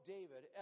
David